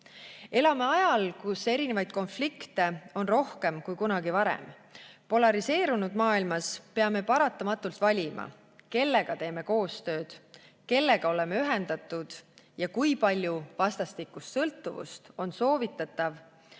Elame ajal, kus erinevaid konflikte on rohkem kui kunagi varem. Polariseerunud maailmas peame paratamatult valima, kellega teeme koostööd, kellega oleme ühendatud ja kui palju vastastikust sõltuvust on soovitatav,